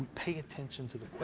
pay attention to the